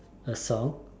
a song